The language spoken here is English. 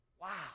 Wow